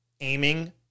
aiming